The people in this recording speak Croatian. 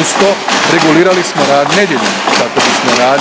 Usto, regulirali smo rad nedjeljom kako bismo radnicima